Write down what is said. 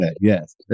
Yes